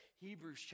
Hebrews